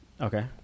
okay